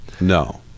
No